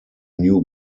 new